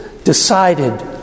decided